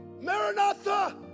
Maranatha